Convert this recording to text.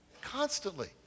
Constantly